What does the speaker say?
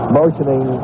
motioning